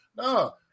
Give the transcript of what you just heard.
No